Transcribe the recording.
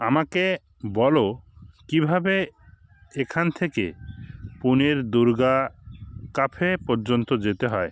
আমাকে বলো কীভাবে এখান থেকে পুণের দুর্গা কাফে পর্যন্ত যেতে হয়